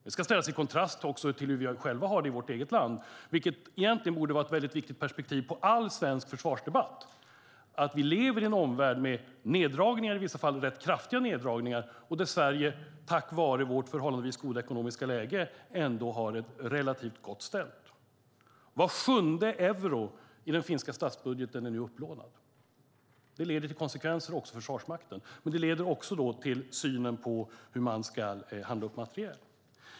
Det ska ställas i kontrast till hur vi själva har det i vårt eget land, vilket egentligen borde vara ett viktigt perspektiv i all svensk försvarsdebatt. Vi lever i en omvärld med neddragningar, i vissa fall rätt kraftiga neddragningar, medan vi i Sverige, tack vare vårt förhållandevis goda ekonomiska läge, ändå har det relativt gott ställt. Var sjunde euro i den finska statsbudgeten är nu upplånad. Det leder till konsekvenser också för Försvarsmakten, men det påverkar också synen på hur man ska handla upp materiel.